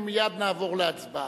ומייד נעבור להצבעה.